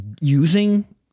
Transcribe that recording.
using